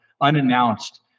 unannounced